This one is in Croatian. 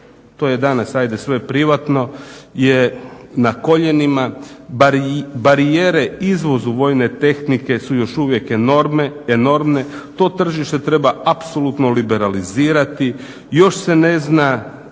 to je danas ajde sve privatno, je na koljenima. Barijere izvozu vojne tehnike su još uvijek enormne to tržište treba apsolutno liberalizirati. Još se ne zna